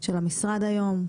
של המשרד היום.